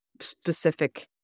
specific